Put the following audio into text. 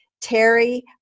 Terry